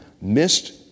missed